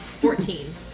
Fourteen